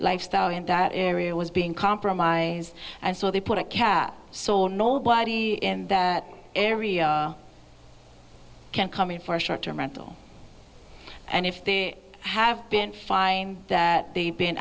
lifestyle in that area was being compromised and so they put a cat so nobody and that every you can come in for a short term rental and if they have been fined that they've been